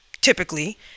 typically